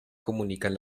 comunican